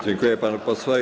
Dziękuję panu posłowi.